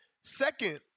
Second